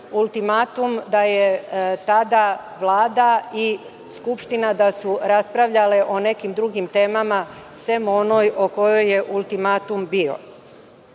ultimatum, da su tada Vlada i Skupština raspravljale o nekim drugim temama sem onoj o kojoj je ultimatum bio? Ja